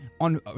on